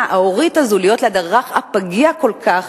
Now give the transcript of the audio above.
ההורית הזאת להיות ליד הרך הפגיע כל כך,